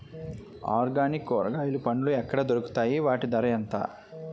Organic కూరగాయలు పండ్లు ఎక్కడ దొరుకుతాయి? వాటి ధర ఎంత?